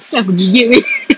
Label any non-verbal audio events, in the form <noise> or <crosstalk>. apa yang aku gigit wei <laughs>